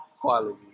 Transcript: quality